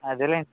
అదేలెండీ